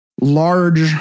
large